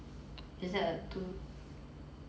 is that a~ too